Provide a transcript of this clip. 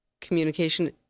communication